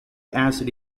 acid